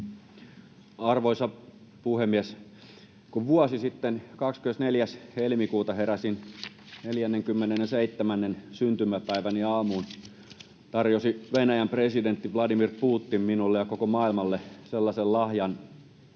Arvoisa puhemies! Kun vuosi sitten 24.2. heräsin 47:nnen syntymäpäiväni aamuun, tarjosi Venäjän presidentti Vladimir Putin minulle ja koko maailmalle sellaisen lahjan,